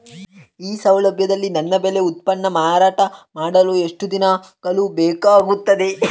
ಈ ಸೌಲಭ್ಯದಲ್ಲಿ ನನ್ನ ಬೆಳೆ ಉತ್ಪನ್ನ ಮಾರಾಟ ಮಾಡಲು ಎಷ್ಟು ದಿನಗಳು ಬೇಕಾಗುತ್ತದೆ?